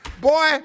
Boy